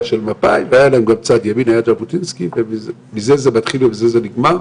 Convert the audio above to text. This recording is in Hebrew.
של מפא"י שהיה שם גם צד ימין של ז'בוטינסקי ומזה זה מתחיל ובזה זה נגמר.